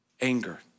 anger